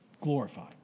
Glorified